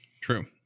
true